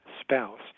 spouse